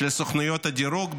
של סוכנויות הדירוג,